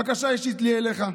בקשה אישית לי אליך: